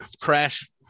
crash